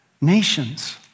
nations